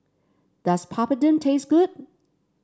does Papadum taste good